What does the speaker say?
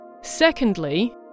Secondly